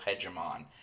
hegemon